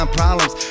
problems